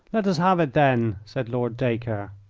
let us have it, then, said lord dacre.